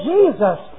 Jesus